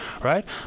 right